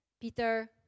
Peter